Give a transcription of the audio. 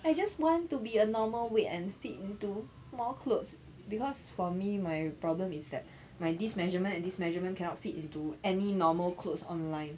I just want to be a normal weight and fit into more clothes because for me my problem is that my this measurement and this measurement cannot fit into any normal clothes online